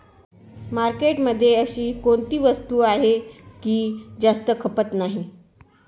मार्केटमध्ये अशी कोणती वस्तू आहे की जास्त खपत नाही?